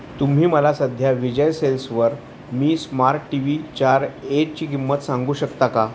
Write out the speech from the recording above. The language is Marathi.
तुम्ही मला सध्या विजय सेल्सवर मी स्मार्ट टी व्ही चार एची किंमत सांगू शकता का